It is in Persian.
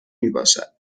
میباشد